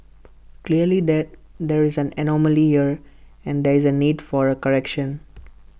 clearly there there is an anomaly here and there is A need for A correction